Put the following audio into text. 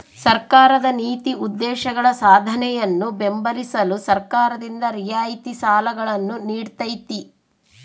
ಸರ್ಕಾರದ ನೀತಿ ಉದ್ದೇಶಗಳ ಸಾಧನೆಯನ್ನು ಬೆಂಬಲಿಸಲು ಸರ್ಕಾರದಿಂದ ರಿಯಾಯಿತಿ ಸಾಲಗಳನ್ನು ನೀಡ್ತೈತಿ